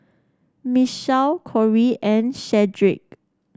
Mitchell Kori and Shedrick